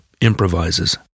improvises